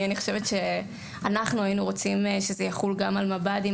אני חושבת שאנחנו היינו רוצים שזה יחול על מב"דים